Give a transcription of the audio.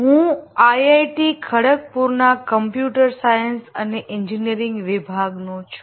હું આઈઆઈટી ખડગપુરના computer science અને એન્જિનિયરિંગ વિભાગ નો છું